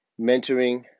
mentoring